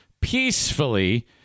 peacefully